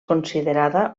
considerada